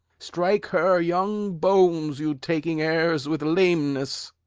strike her young bones, you taking airs, with lameness!